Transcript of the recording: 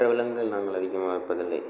மற்ற விலங்குகள் நாங்கள் அதிகமாக வளர்ப்பதில்லை